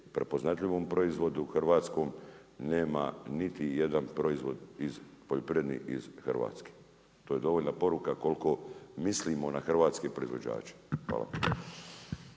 prepoznatljivom proizvodu, hrvatskom nema niti jedan proizvod, poljoprivredni ih Hrvatske. To je dovoljna poruka koliko mislimo na hrvatske proizvođače. Hvala.